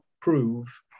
prove